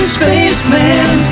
Spaceman